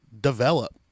develop